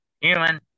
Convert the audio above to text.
Human